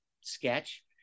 sketch